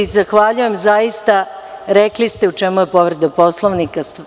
Zahvaljujem zaista, rekli ste u čemu je povreda Poslovnika.